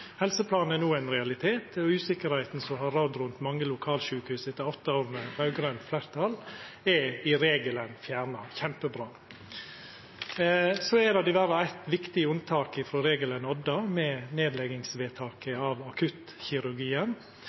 Helseplanen er no ein realitet, og usikkerheita som har rådd rundt mange lokalsjukehus etter åtte år med raud-grønt fleirtal, er i regelen fjerna – kjempebra! Så er det diverre eitt viktig unntak frå regelen, nemleg Odda, med vedtaket om nedlegging av akuttkirurgien. Éin ting er tryggleiken som akuttkirurgien